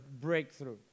breakthrough